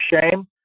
shame